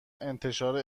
انتشار